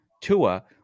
Tua